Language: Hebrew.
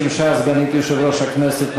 שימשה סגנית יושב-ראש הכנסת,